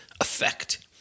effect